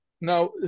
Now